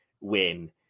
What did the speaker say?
win